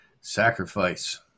Sacrifice